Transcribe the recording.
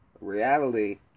Reality